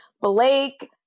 Blake